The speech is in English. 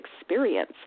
experience